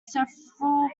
several